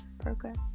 Progress